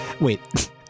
wait